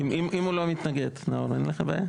אם הוא לא מתנגד, נאור אין לך בעיה?